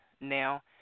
now